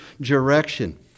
direction